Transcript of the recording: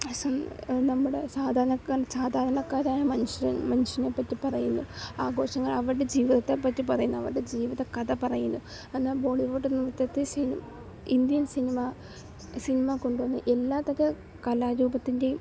അസ്സം നമ്മുടെ സാധാരണക്കാരിൽ സാധാരണക്കാരായ മനുഷ്യൻ മനുഷ്യനെപറ്റി പറയുന്ന ആഘോഷങ്ങൾ അവരുടെ ജീവിത്തത്തെ പറ്റി പറയുന്ന അവരുടെ ജീവിത കഥ പറയുന്ന എന്നാ ബോളിവുഡ് നൃത്തത്തെ ഇന്ത്യൻ സിനിമാ സിനിമ കൊണ്ടുവന്നു എല്ലാതര കലാരൂപത്തിൻ്റെയും